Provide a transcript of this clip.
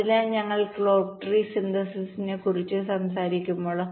അതിനാൽ ഞങ്ങൾ clock tree സിന്തസിസിനെക്കുറിച്ച് സംസാരിക്കുമ്പോൾ